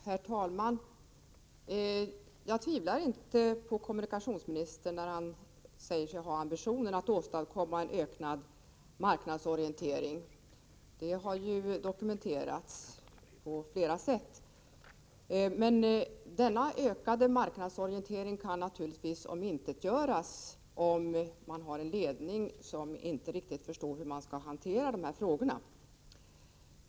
Herr talman! Jag tvivlar inte på kommunikationsministern när han säger sig ha ambitionen att åstadkomma en ökad marknadsorientering. Att det finns en sådan ambition har ju dokumenterats på flera sätt. Men denna ökade marknadsorientering kan naturligtvis omintetgöras, om man har en ledning som inte riktigt förstår hur man skall hantera de här frågorna.